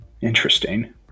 Interesting